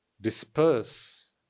disperse